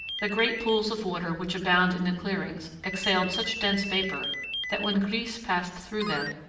the great pools of water which abound in the clearings exhaled such dense vapor that when grise passed through them,